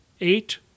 eight